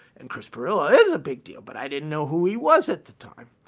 and chris pirillo is a big deal, but i didn't know who he was at the time.